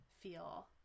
feel